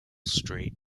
street